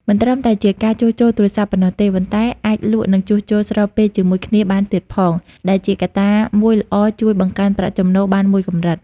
មិនត្រឹមតែជាការជួសជុលទូរសព្ទប៉ុណ្ណោះទេ ប៉ុន្តែអាចលក់និងជួសជុល ស្របពេលជាមួយគ្នាបានទៀតផង ដែលជាកត្តាមួយល្អជួយបង្កើនប្រាក់ចំណូលបានមួយកម្រិត។